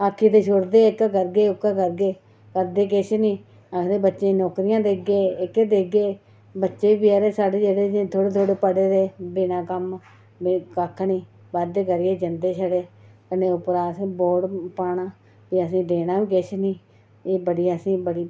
आखी ते छोड़दे इक करगे ओह्की करगे करदे किश निं आखदे बच्चें गी नौकरियां देगे एह्के देगे बच्चे बी बचैरे साढ़े जेह्ड़े ते थोह्ड़े थोह्ड़े पढ़े दे बिना कम्म कक्ख निं बादे करिये जंदे छड़े कन्ने उप्परा अस वोट पाना भी असेंगी देना बी किश निं एह् बड़ी असेंगी बड़ी